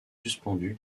suspendu